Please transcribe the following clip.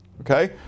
Okay